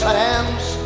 hands